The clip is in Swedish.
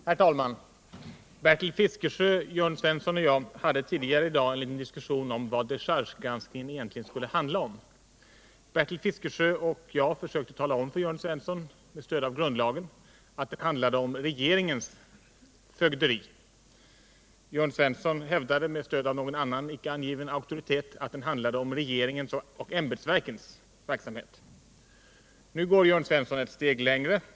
Herr talman! Bertil Fiskesjö, Jörn Svensson och jag hade tidigare i dag en diskussion om vad dechargegranskningen egentligen skulle gälla. Bertil Fiskesjö och jag försökte med stöd av grundlagen tala om för Jörn Svensson att den handlade om regeringens fögderi. Jörn Svensson hävdade med stöd av någon annan icke närmare angiven auktoritet att den handlade om regeringens och ämbetsverkens verksamhet. Nu går Jörn Svensson ett steg längre.